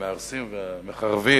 המהרסים והמחרבים,